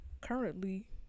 currently